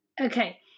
Okay